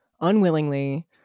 unwillingly